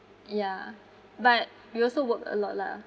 yeah but we also work a lot lah